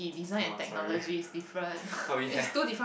oh sorry but we have